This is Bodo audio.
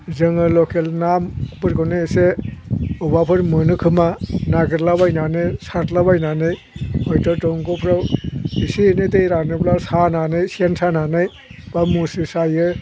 जोङो लकेल नाफोरखौनो इसे औवाफोर मोनोखोमा नागिरलाबायनानै सारलाबायनानै हयत' दंग'फोराव इसे एनै दै रानोब्ला सानानै सेन सानानै बा मुस्रि सायो